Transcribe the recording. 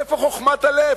איפה חוכמת הלב?